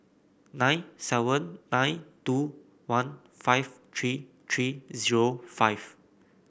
nine seven nine two one five three three zero five